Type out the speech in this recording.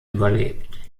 überlebt